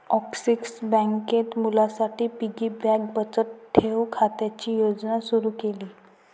axis बँकेत मुलांसाठी piggy bank बचत ठेव खात्याची योजना सुरू केली